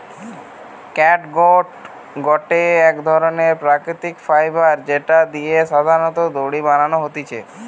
catgut গটে ধরণের প্রাকৃতিক ফাইবার যেটা দিয়ে সাধারণত দড়ি বানানো হতিছে